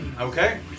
Okay